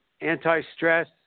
Anti-stress